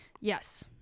yes